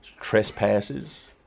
Trespasses